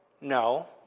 No